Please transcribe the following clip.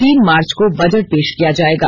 तीन मार्च को बजट पेश किया जायेगा